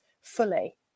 fully